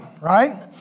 right